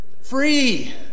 Free